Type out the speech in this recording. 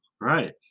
Right